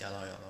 ya lor ya lor